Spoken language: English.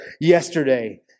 yesterday